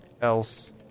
else